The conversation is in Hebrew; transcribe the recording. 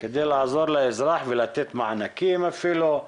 כדי לעזור לאזרח ולתת מענקים אפילו,